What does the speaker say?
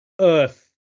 Earth